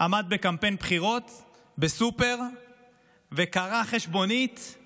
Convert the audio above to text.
עמד בקמפיין בחירות בסופר וקרע חשבונית